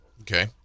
okay